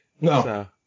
no